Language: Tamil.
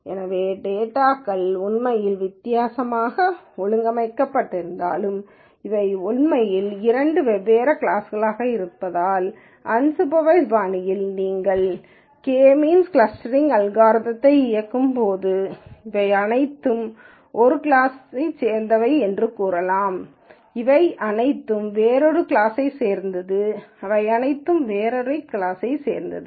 எனவே டேட்டாகள உண்மையில் வித்தியாசமாக ஒழுங்கமைக்கப்பட்டிருந்தாலும் இவை உண்மையில் இரண்டு வெவ்வேறு கிளாஸ்களாக இருந்தால் அன்சூப்பர்வய்ஸ்ட் பாணியில் நீங்கள் கே பொருள் கிளஸ்டரிங் அல்காரிதம்யை இயக்கும் போது இவை அனைத்தும் ஒரு கிளாஸைச் சேர்ந்தவை என்று நீங்கள் கூறலாம் இவை அனைத்தும் வேறொரு கிளாஸைச் சேர்ந்தது இவை அனைத்தும் வேறொரு கிளாஸைச் சேர்ந்தவை